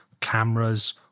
cameras